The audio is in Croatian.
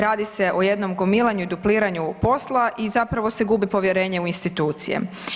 Radi se o jednom gomilanju i dupliranju posla i zapravo se gubi povjerenje u institucije.